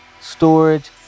storage